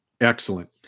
Excellent